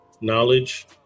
knowledge